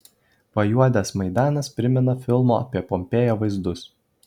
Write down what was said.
pajuodęs maidanas primena filmo apie pompėją vaizdus